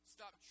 Stop